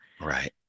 Right